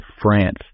France